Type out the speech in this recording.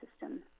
system